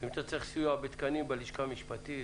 אם אתה צריך סיוע בתקנים בלשכה המשפטית,